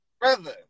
brother